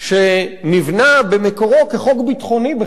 שנבנה במקורו כחוק ביטחוני בכלל.